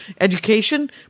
education